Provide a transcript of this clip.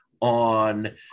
on